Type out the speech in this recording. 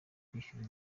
kwishyura